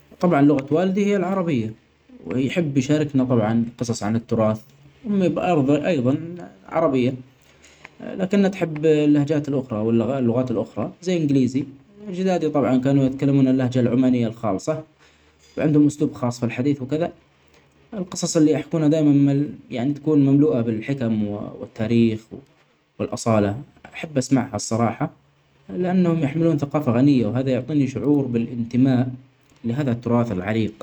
طبعا لغة والدي هي العربية ويحب يشاركنا طبعا قصص عن التراث ، أمي أيظا عربية لكنها تحب اللهجات الأخري وال-اللغات الاخري ، زي الإنجليزي أجدادي طبعا كانوا يتكلمون اللغة العمانية الخالصة ، عندهم أسلوب خاص في الحديث وكده ، القصص اللي يحطون دايما يعني تكون مملوئة بالحكم والتاريخ و-والأصالة ،أحب أسمعها الصراحة لأنهم يحملون ثقافة غنية وهذا يعطيني شعور بالإنتماء لهذا التراث العريق.